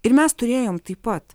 ir mes turėjom taip pat